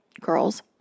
girls